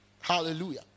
hallelujah